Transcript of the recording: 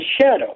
shadow